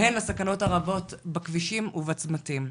והן הסכנות הרבות בכבישים ובצמתים.